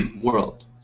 world